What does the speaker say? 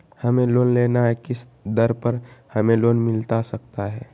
हमें लोन लेना है किस दर पर हमें लोन मिलता सकता है?